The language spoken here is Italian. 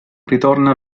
ritorna